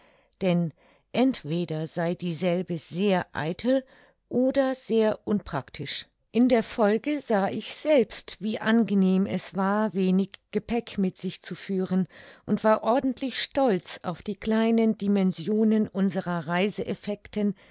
denn entweder sei dieselbe sehr eitel oder sehr unpraktisch in der folge sah ich selbst wie angenehm es war wenig gepäck mit sich zu führen und war ordentlich stolz auf die kleinen dimensionen unserer